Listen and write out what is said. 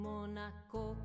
Monaco